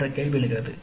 என்ற கேள்வி எழுகிறது